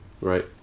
Right